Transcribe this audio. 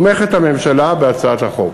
הממשלה תומכת בהצעת החוק.